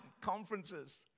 conferences